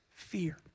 fear